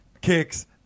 kicks